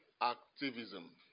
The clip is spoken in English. activism